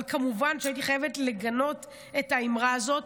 אבל כמובן הייתי חייבת לגנות את האמרה הזאת.